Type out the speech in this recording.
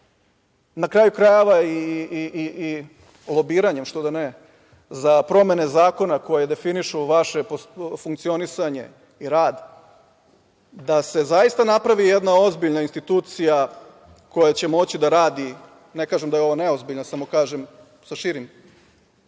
na kraju krajeva i lobiranjem, zašto da ne, za promene zakona koje definišu vaše funkcionisanje i rad, da se zaista napravi jedna ozbiljna institucija koja će moći da radi, ne kažem da je ova neozbiljna, samo kažem sa širim opsegom